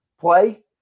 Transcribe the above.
play